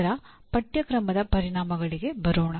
ನಂತರ ಪಠ್ಯಕ್ರಮದ ಪರಿಣಾಮಗಳಿಗೆ ಬರೋಣ